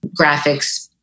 graphics